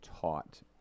taught